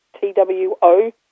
TWO